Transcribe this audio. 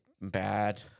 bad